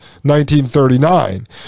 1939